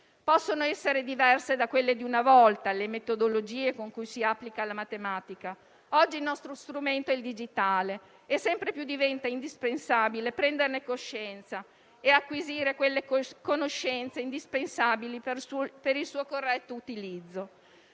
Possono essere diverse da quelle di una volta le metodologie con cui si applica la matematica. Oggi il nostro strumento è digitale e diventa sempre più indispensabile prenderne coscienza e acquisire le conoscenze necessarie per il suo corretto utilizzo.